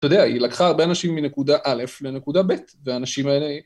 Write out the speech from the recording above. ‫אתה יודע, היא לקחה הרבה אנשים ‫מנקודה א' לנקודה ב' והאנשים האלה